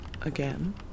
again